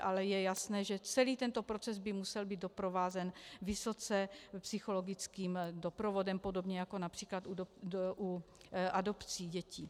Ale je jasné, že celý tento proces by musel být doprovázen vysoce psychologickým doprovodem, podobně jako například u adopcí dětí.